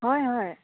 হয় হয়